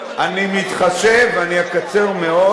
אני מתחשב ואני אקצר מאוד,